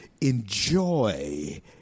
enjoy